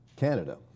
Canada